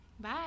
Bye